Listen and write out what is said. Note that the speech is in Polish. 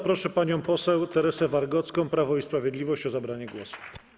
Proszę panią poseł Teresę Wargocką, Prawo i Sprawiedliwość, o zabranie głosu.